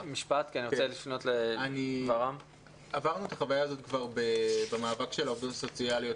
כבר עברנו את החוויה הזאת במאבק של העובדות הסוציאליות,